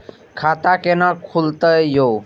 खाता केना खुलतै यो